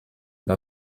bei